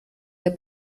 der